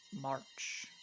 march